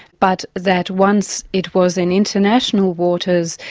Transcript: but that once it was in international waters,